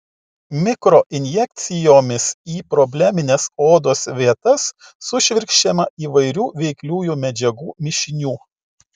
mikroinjekcijomis į problemines odos vietas sušvirkščiama įvairių veikliųjų medžiagų mišinių